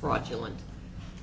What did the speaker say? fraudulent